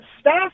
Staff